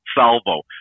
salvo